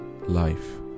life